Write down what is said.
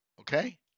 Okay